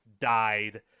died